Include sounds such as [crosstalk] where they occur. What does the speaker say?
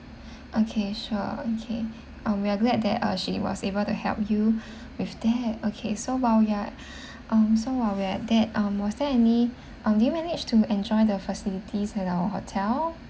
okay sure okay um we are glad that uh she was able to help you [breath] with that okay so while you are [breath] um so while we are at that um was there any um do you managed to enjoy the facilities at our hotel